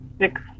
six